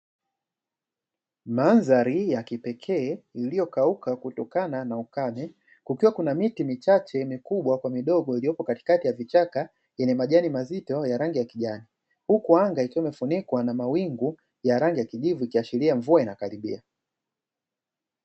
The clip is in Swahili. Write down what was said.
Mandhari ya kipekee iliyokauka kutokana na ukame, kukiwa kuna miti michache mikubwa kwa midogo iliyopo katikati ya vichaka yenye majani mazito ya rangi ya kijani, huku anga likiwa limefunikwa kwa mawingu ya rangi ya kijivu, ikiashiria mvua inakaribia.